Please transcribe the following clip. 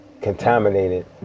contaminated